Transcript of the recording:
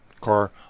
Car